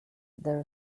there